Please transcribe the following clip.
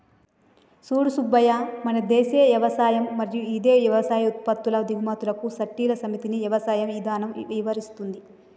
సూడు సూబ్బయ్య మన దేసీయ యవసాయం మరియు ఇదే యవసాయ ఉత్పత్తుల దిగుమతులకు సట్టిల సమితిని యవసాయ ఇధానం ఇవరిస్తుంది